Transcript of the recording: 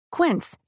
Quince